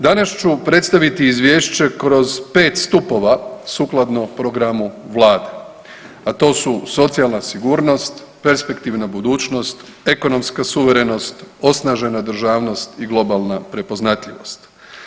Danas ću predstaviti Izvješće kroz 5 stupova sukladno programu Vlade, a to su socijalna sigurnost, perspektivna budućnost, ekonomska suverenost, osnažena državnost i globalna prepoznatljivost.